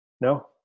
No